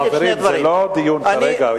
חברים, זה לא דיון כרגע.